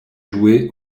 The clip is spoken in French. joué